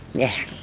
yeah,